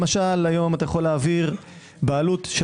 למשל היום אתה יכול להעביר בעלות של